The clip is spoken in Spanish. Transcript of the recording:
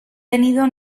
tenido